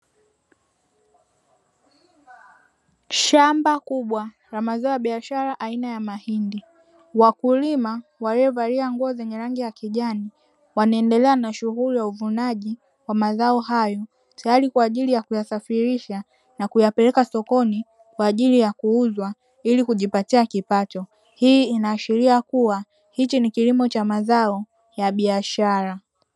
Shamba kubwa la mazao ya biashara aina ya mahindi, wakulima waliovalia nguo zenye rangi ya kijani wanaendelea na shughuli ya uvunaji wa mazao hayo tayari kwa ajili ya kuyasafirisha na kuyapeleka sokoni kwa ajili ya kuuzwa ili kujipatia kipato. Hii inaashiria kuwa hichi ni kilimo cha mazao ya biashara.